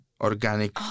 Organic